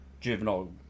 juvenile